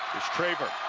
is traver.